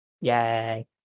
Yay